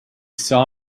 saw